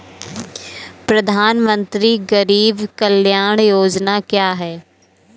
प्रधानमंत्री गरीब कल्याण योजना क्या है?